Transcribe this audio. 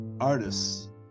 artists